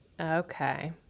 Okay